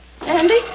Andy